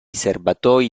serbatoi